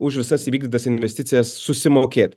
už visas įvykdytas investicijas susimokėt